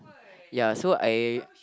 ya so I